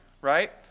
right